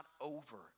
over